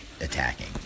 attacking